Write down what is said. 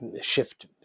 shift